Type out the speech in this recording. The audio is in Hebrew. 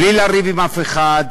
בלי לריב עם אף אחד,